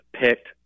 picked